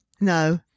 No